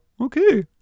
okay